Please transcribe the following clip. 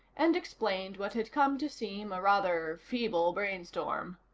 and explained what had come to seem a rather feeble brainstorm.